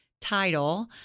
title—